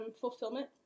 fulfillment